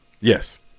Yes